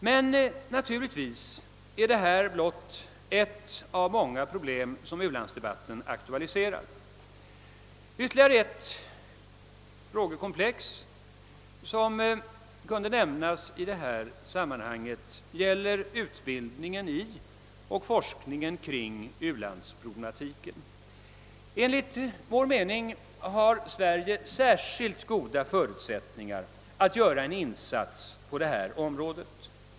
Men naturligtvis är detta blott ett av många problem som u-landsdbeatten aktualiserat. Ytterligare ett frågekomplex som kunde nämnas i detta sammanhang gäller utbildningen i och forskningen kring u-landsproblematiken. Enligt vår mening har Sverige särskilt goda förutsättningar att göra en insats på detta område.